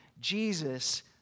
Jesus